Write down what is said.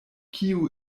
kiu